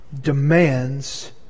demands